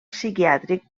psiquiàtric